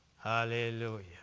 Hallelujah